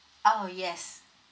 oh yes